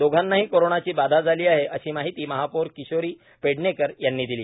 दोघांनाही करोनाची बाधा झाली आहे अशी माहिती महापौर किशोरी पेडणेकर यांनी दिली